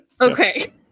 Okay